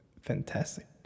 fantastic